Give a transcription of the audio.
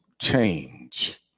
change